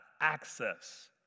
access